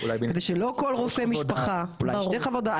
כדי שלא כל רופא משפחה אולי שתי חוות דעת,